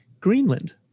Greenland